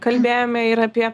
kalbėjome ir apie